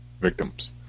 victims